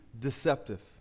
deceptive